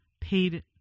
paid